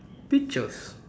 peaches